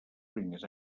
primers